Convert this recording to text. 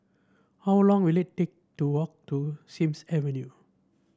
how long will it take to walk to Sims Avenue